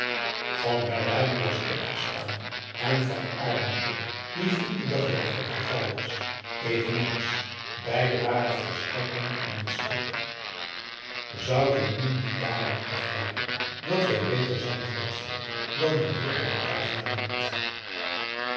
van herwijnen was opgestaan en van aardenburg die voelde dat het een gek geval was eveneens beiden waren volstrekt niet in hun schik zoudt u nu niet dààruit afleiden dat wij beter zijn voor het volk dan men hier te batavia denkt